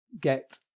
get